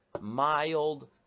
mild